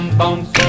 bones